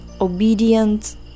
obedient